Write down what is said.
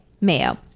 Mayo